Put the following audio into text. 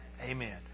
Amen